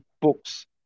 books